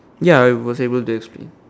ya I was able to explain